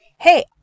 Hey